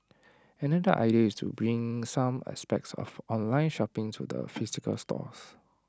another idea is to bring some aspects of online shopping to the physical stores